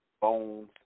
bones